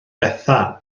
bethan